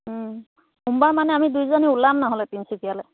সোমবাৰ মানে আমি দুইজনী ওলাম নহ'লে তিনিচুকীয়ালৈ